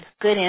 good